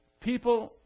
People